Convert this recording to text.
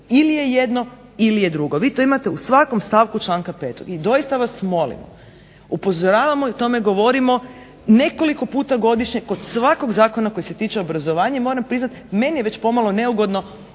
Ili je jedno ili je drugo. Vi to imate u svakom stavku članka 5-og. I doista vas molimo, upozoravamo i o tome govorimo nekoliko puta godišnje kod svakog zakona koji se tiče obrazovanja i moram priznati meni je već pomalo neugodno